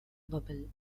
bubble